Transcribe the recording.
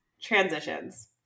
Transitions